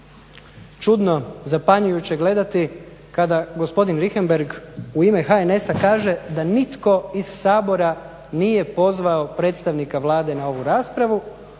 čudno, zapanjujuće gledati kada gospodin Richembergh u ime HNS-a kaže da nitko iz Sabora nije pozvao predstavnika Vlade na ovu raspravu,